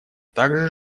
также